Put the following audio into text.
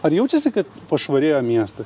ar jaučiasi kad pašvarėjo miestas